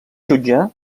jutjar